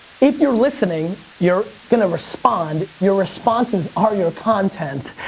if you're listening, you're gonna respond. your responses are your content.